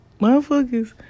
motherfuckers